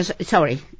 Sorry